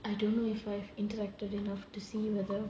I don't know if I've interacted enough to see whether